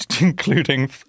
including